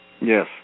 Yes